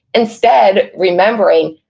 instead remembering,